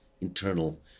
internal